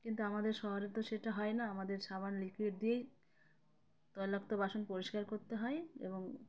কিন্তু আমাদের শহরে তো সেটা হয় না আমাদের সাবান লিকুইড দিয়েই তৈলাক্ত বাসন পরিষ্কার করতে হয় এবং